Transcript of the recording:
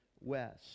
West